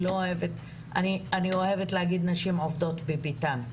אני אוהבת לומר "נשים עובדות בביתן".